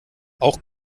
auch